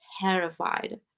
terrified